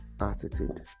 attitude